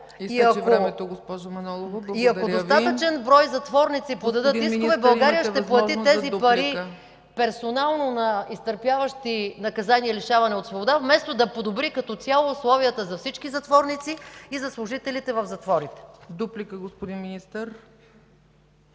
и ако достатъчен брой затворници подадат искове, България ще плати тези пари персонално на изтърпяващи наказание „лишаване от свобода”, вместо да подобри като цяло условията за всички затворници и за служителите в затворите. ПРЕДСЕДАТЕЛ ЦЕЦКА